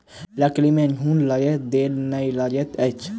लकड़ी में घुन लगैत देर नै लगैत अछि